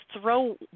throw